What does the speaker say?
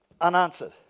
unanswered